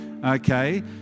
Okay